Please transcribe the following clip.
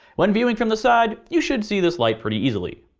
when viewing from the side, you should see this light pretty easily.